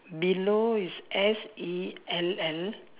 below is S E L L